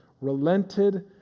Relented